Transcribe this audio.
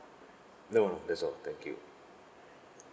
no no that's all thank you